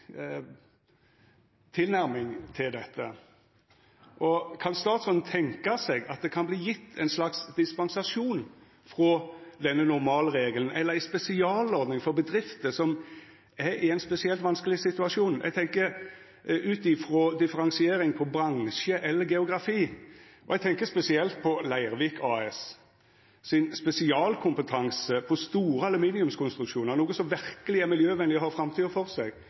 tilnærming til dette. Kan statsråden tenkja seg at det kan verta gjeve ein slags dispensasjon frå denne normalregelen, eller ei spesialordning for bedrifter som er i ein spesielt vanskeleg situasjon? Eg tenkjer differensiering ut frå bransje eller geografi, og eg tenkjer spesielt på Leirvik AS sin spesialkompetanse på store aluminiumskonstruksjonar, noko som verkeleg er miljøvenleg og har framtida føre seg.